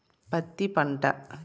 పత్తి పంట